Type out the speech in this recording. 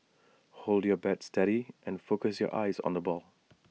hold your bat steady and focus your eyes on the ball